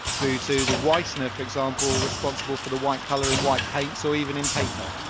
through to the whitener, for example, responsible for the white colour in white paints or even in paper.